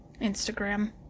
Instagram